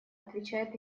отвечает